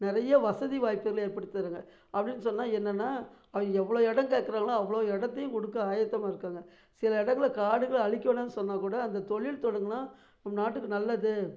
நிறைய வசதி வாய்ப்புகள் ஏற்படுத்தி தராங்க அப்படி சொன்னால் என்னன்னா எவ்வளோ இடம் கேட்குறாங்களோ அவ்வளோ இடத்தையும் கொடுக்க ஆயுத்தமாக இருக்காங்க சில இடங்கள்ல காடுகளை அழிக்க வேணாம் சொன்னாக்கூட அங்கே தொழில் தொடங்கினா நம் நாட்டுக்கு நல்லது